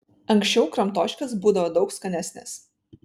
anksčiau kramtoškės būdavo daug skanesnės